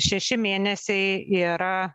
šeši mėnesiai yra